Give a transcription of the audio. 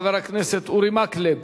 חבר הכנסת אורי מקלב.